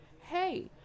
hey